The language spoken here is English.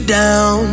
down